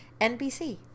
nbc